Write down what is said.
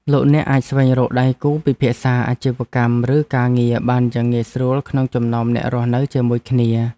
លោកអ្នកអាចស្វែងរកដៃគូពិភាក្សាអាជីវកម្មឬការងារបានយ៉ាងងាយស្រួលក្នុងចំណោមអ្នករស់នៅជាមួយគ្នា។